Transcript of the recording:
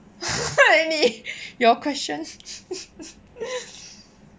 really your questions